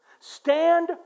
Stand